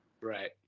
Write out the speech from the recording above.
Right